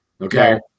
okay